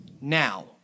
Now